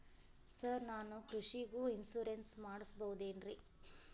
Sir ನಾನು ಕೃಷಿಗೂ insurance ಮಾಡಸಬಹುದೇನ್ರಿ?